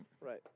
Right